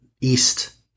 east